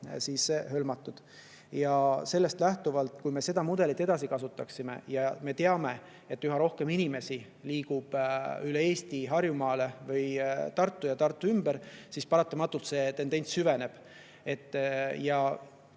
tööhõivega hõlmatud. Sellest lähtuvalt, kui me seda mudelit edasi kasutaksime – ja me teame, et üha rohkem inimesi liigub üle Eesti Harjumaale või Tartusse ja Tartu ümber –, siis paratamatult see tendents süveneb.